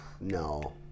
No